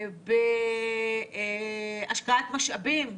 בהשקעת משאבים,